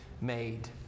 made